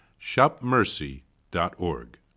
shopmercy.org